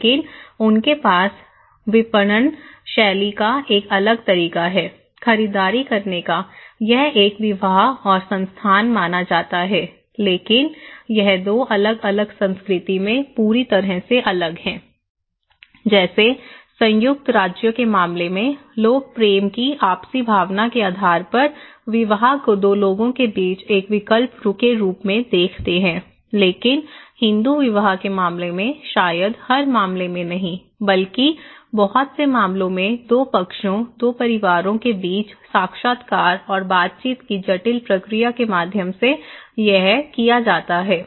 लेकिन उनके पास विपणन शैली का एक अलग तरीका है खरीदारी करने का यह एक विवाह और संस्थान माना जाता है लेकिन यह 2 अलग अलग संस्कृति में पूरी तरह से अलग है जैसे संयुक्त राज्य के मामले में लोग प्रेम की आपसी भावना के आधार पर विवाह को दो लोगों के बीच एक विकल्प के रूप में देखते हैं लेकिन हिंदू विवाह के मामले में शायद हर मामले में नहीं बल्कि बहुत से मामलों में दो पक्षों दो परिवारों के बीच साक्षात्कार और बातचीत की जटिल प्रक्रिया के माध्यम से यह किया जाता है